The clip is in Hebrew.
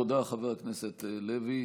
תודה, חבר הכנסת לוי.